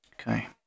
Okay